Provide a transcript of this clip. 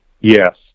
Yes